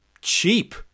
cheap